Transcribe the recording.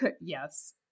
yes